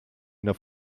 ina